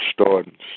starting